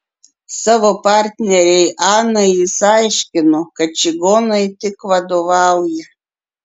savo partnerei anai jis aiškino kad čigonai tik vadovauja